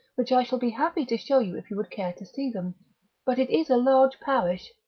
which i shall be happy to show you if you would care to see them but it is a large parish,